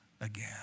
again